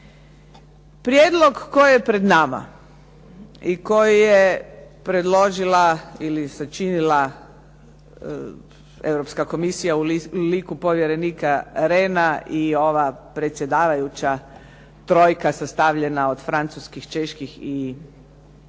Prijedlog koji je pred nama i koji je predložila ili sačinila Europska komisija u liku povjerenika Rehna i ova predsjedavajuća trojka sastavljena od francuskih, čeških i švedskih